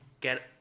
get